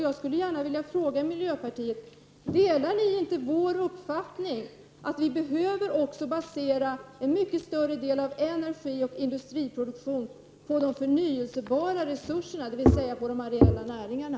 Jag skulle gärna vilja fråga miljöpartiet: Delar ni inte vår uppfattning att vi behöver basera en mycket större del av energioch industriproduktionen på de förnybara resurserna, dvs. på de areella näringarna?